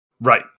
Right